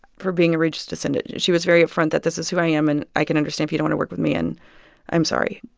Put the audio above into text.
for being a ridge descendant. she was very upfront that this is who i am and i can understand if you don't work with me and i'm sorry.